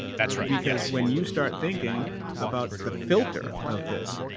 that's right. because when you start thinking about the filter of this,